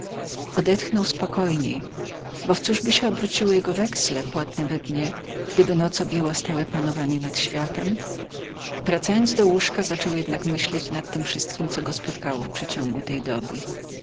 odetchnął spokojniej bo w cóżby się obróciły jego weksle płatne we dnie gdyby noc objęła stałe panowanie nad światem wracając do łóżka zaczął jednak myśleć nad tem wszystkiem co go spotkało w przeciągu tej doby